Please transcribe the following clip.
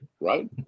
right